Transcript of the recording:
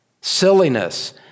silliness